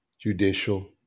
judicial